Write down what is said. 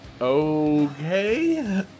Okay